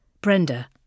Brenda